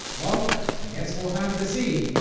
well, i guess we'll have to see.